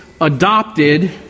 adopted